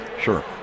sure